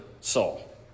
Saul